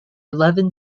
eleven